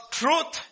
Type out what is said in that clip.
truth